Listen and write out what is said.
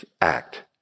act